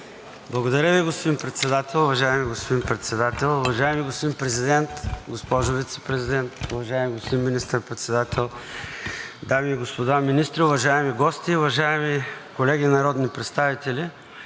Благодаря Ви, господин Председател. Уважаеми господин Председател, уважаеми господин Президент, госпожо Вицепрезидент, уважаеми господин Министър-председател, дами и господа министри, уважаеми гости, уважаеми колеги народни представители!